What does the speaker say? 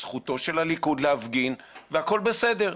זכותו של הליכוד להפגין והכול בסדר.